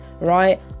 right